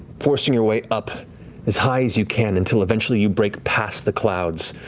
forcing your way up as high as you can until eventually you break past the clouds.